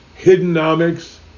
hiddenomics